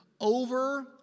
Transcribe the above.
over